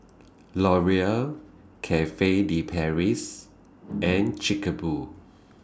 Laurier Cafe De Paris and Chic Boo